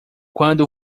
quando